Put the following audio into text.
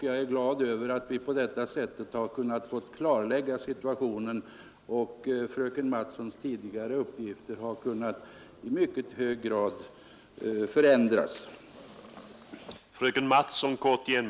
Jag är glad över att vi på detta sätt har kunnat klarlägga situationen och att fröken Mattsons tidigare uppgifter i mycket hög grad har kunnat förändras.